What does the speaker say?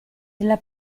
della